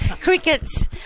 crickets